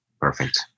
Perfect